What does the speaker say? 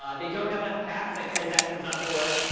um they don't have enough cash. that transaction is not going to work.